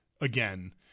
again